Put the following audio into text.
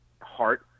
Heart